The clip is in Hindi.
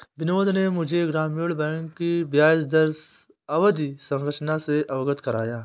बिनोद ने मुझे ग्रामीण बैंक की ब्याजदर अवधि संरचना से अवगत कराया